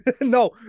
no